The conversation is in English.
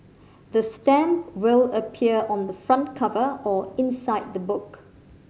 the stamp will appear on the front cover or inside the book